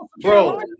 Bro